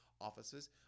offices